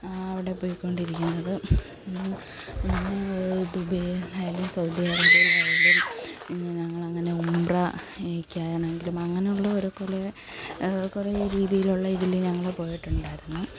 അവിടെ പോയി കൊണ്ടിരിക്കുന്നത് ദുബൈയിലായാലും സൗദിയിലായാലും ഞങ്ങൾ അങ്ങനെ ഉംറയ്ക്കാണെങ്കിലും അങ്ങനെയുള്ള കുറെ കുറെ രീതിയിലുള്ള ഇതിൽ ഞങ്ങൾ പോയിട്ടുണ്ടായിരുന്നു